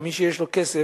ומי שיש לו כסף,